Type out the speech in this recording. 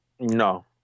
No